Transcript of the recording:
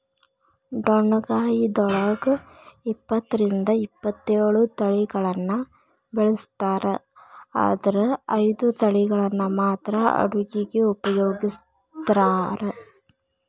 ಡೊಣ್ಣಗಾಯಿದೊಳಗ ಇಪ್ಪತ್ತರಿಂದ ಇಪ್ಪತ್ತೇಳು ತಳಿಗಳನ್ನ ಬೆಳಿಸ್ತಾರ ಆದರ ಐದು ತಳಿಗಳನ್ನ ಮಾತ್ರ ಅಡುಗಿಗ ಉಪಯೋಗಿಸ್ತ್ರಾರ